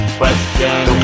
question